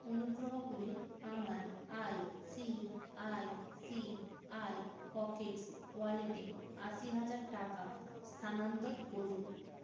অনুগ্রহ করে আমার আইসিআইসিআই পকেটস ওয়ালেটে আশি হাজার টাকা স্থানান্তর করুন